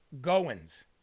Goins